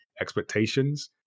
expectations